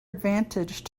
advantage